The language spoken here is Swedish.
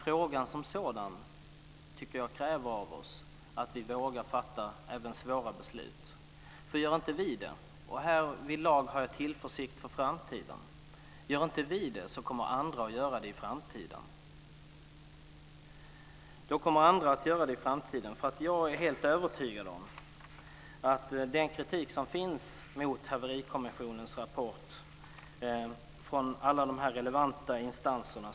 Frågan som sådan tycker jag kräver av oss att vi vågar fatta även svåra beslut. Gör inte vi det - härvidlag känner jag tillförsikt för framtiden - kommer andra att i framtiden göra det. Jag är nämligen helt övertygad vad gäller den kritik som finns mot Haverikommissionens rapport från alla relevanta instanser.